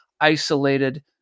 isolated